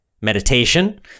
meditation